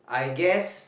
I guess